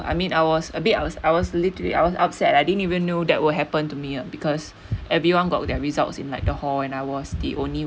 I mean I was a bit I was I was literally I was upset I didn't even know that will happen to me uh because everyone got their results in like the hall and I was the only